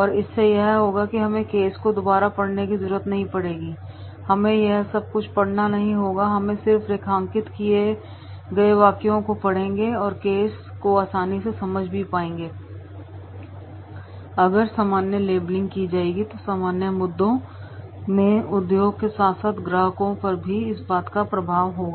और इससे यह होगा कि हमें केस को दोबारा पढ़ने की जरूरत नहीं पड़ेगी हमें सब कुछ पढ़ना नहीं होगा हम सिर्फ रेखांकित किए गए वाक्यों को पढेगे और केस को आसानी से समझ भी पाएंगे अगर सामान्य लेबलिंग की जाएगी तो सामान्य मुद्दों में उद्योग के साथ साथ ग्राहकों पर भी इस बात का प्रभाव होगा